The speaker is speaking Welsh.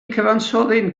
cyfansoddyn